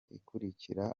ikurikira